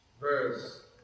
verse